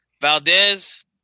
Valdez